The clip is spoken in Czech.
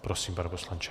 Prosím, pane poslanče.